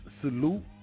salute